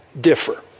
differ